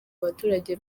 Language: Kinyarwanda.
abaturage